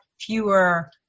fewer